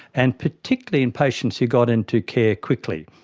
and particularly in patients who got into care quickly.